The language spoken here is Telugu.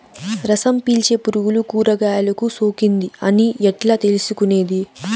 రసం పీల్చే పులుగులు కూరగాయలు కు సోకింది అని ఎట్లా తెలుసుకునేది?